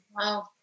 wow